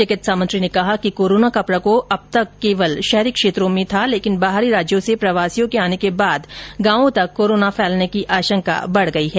चिकित्सा मंत्री ने कहा कि कोरोना का प्रकोप अब तक केवल शहरी क्षेत्रों में था लेकिन बाहरी राज्यों से प्रवासियों के आने के बाद गांवों तक कोरोना फैलने की आशंका बढ़ गई है